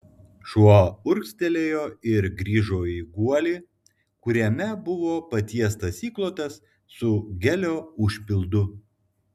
šuo urgztelėjo ir grįžo į guolį kuriame buvo patiestas įklotas su gelio užpildu